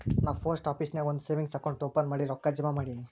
ನಾ post office ನಾಗ್ ಒಂದ್ ಸೇವಿಂಗ್ಸ್ ಅಕೌಂಟ್ ಓಪನ್ ಮಾಡಿ ರೊಕ್ಕಾ ಜಮಾ ಮಾಡಿನಿ